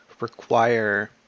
require